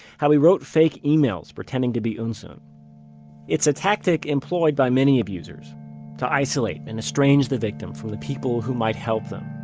how he wrote fake emails pretending to be eunsoon it's a tactic employed by many abusers to isolate and estrange the victim from the people who might help them.